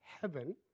heaven